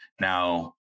Now